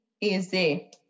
Easy